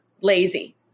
lazy